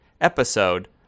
episode